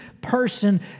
person